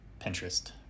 Pinterest